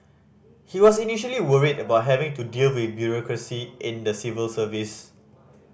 he was initially worried about having to deal with bureaucracy in the civil service